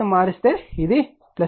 dot ను మారిస్తే ఇది అవుతుంది